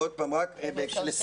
עוד פעם, לפי מה?